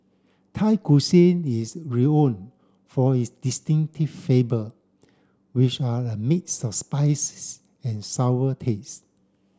Thai Cuisine is for its distinctive flavor which are a mix of spices and sour taste